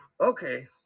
okay